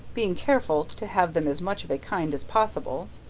being careful to have them as much of a kind as possible,